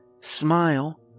smile